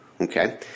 Okay